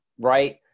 Right